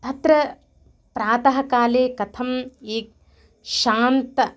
तत्र प्रातः काले कथं ये शान्तः